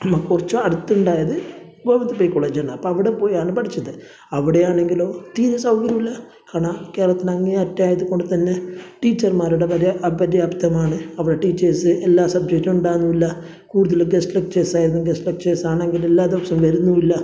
അന്ന് കുറച്ച് അടുത്തുണ്ടായത് ഗൗതമി കോളേജാണ് അപ്പോൾ അവിടെ പോയാണ് പഠിച്ചത് അവിടെയാണെങ്കിലോ തീരെ സൗകര്യമില്ല കാരണം കേരളത്തിന്റെ അങ്ങേ അറ്റമായതുകൊണ്ട് തന്നെ ടീച്ചർമാരുടെ വരെ അപര്യാപ്തമാണ് അവിടെ ടീച്ചേഴ്സ് എല്ലാ സബ്ജക്റ്റും ഉണ്ടാകില്ല കൂടുതലും ഗസ്റ്റ് ലക്ച്ചേഴ്സായിരുന്നു ഗസ്റ്റ് ലക്ച്ചേഴ്സാണങ്കിൽ എല്ലാ ദിവസം വരുന്നും ഇല്ല